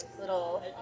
little